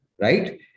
right